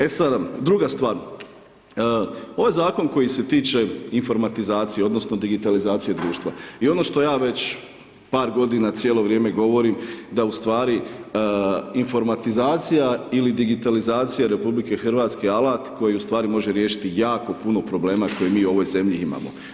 E sad, druga stvar, ovaj zakon koji se tiče informatizacije odnosno digitalizacije društva i ono što ja već par godina cijelo vrijeme govorim da ustvari informatizacija ili digitalizacija RH je alat koji ustvari može riješiti jako puno problema koji mi u ovoj zemlji imamo.